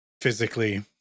physically